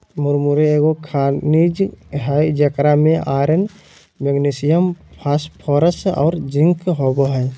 मुरमुरे एगो खनिज हइ जेकरा में आयरन, मैग्नीशियम, फास्फोरस और जिंक होबो हइ